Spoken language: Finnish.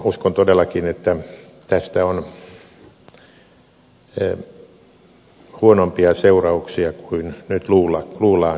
uskon todellakin että tästä on huonompia seurauksia kuin nyt luullaankaan